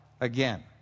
again